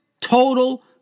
total